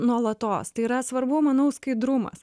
nuolatos tai yra svarbu manau skaidrumas